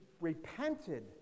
repented